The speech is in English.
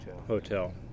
hotel